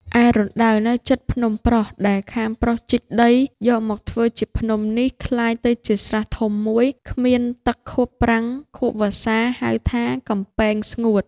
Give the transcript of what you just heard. ឯរណ្ដៅនៅជិតភ្នំប្រុស ដែលខាងប្រុសជីកដីយកមកធ្វើជាភ្នំនេះ ក្លាយទៅជាស្រះធំ ១ គ្មានទឹកខួបប្រាំងខួបវស្សា ហៅថា កំពែងស្ងួត ។